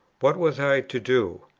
what was i to do?